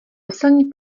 fosilní